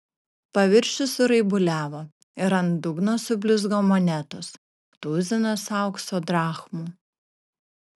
paviršius suraibuliavo ir ant dugno sublizgo monetos tuzinas aukso drachmų